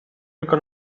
tylko